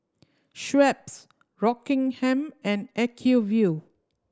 Schweppes Rockingham and Acuvue